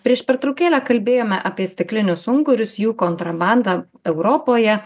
prieš pertraukėlę kalbėjome apie stiklinius ungurius jų kontrabandą europoje